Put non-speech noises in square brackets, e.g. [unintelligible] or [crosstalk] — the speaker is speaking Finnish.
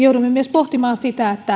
[unintelligible] joudumme pohtimaan myös sitä